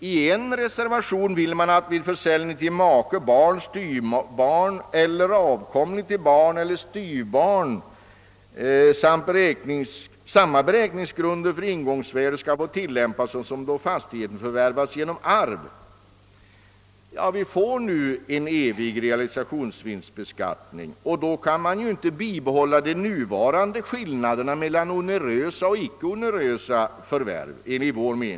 I en reservation vill man att vid försäljning till maka, barn, styvbarn eller avkomling till barn eller styvbarn samma beräkningsgrunder för ingångsvärde skall få tillämpas såsom då fastighet förvärvas genom arv. Vi får nu en evig realisationsvinstbeskattning, och då kan man inte enligt vår mening bibehålla de nuvarande skillnaderna mellan onerösa och icke onerösa förvärv.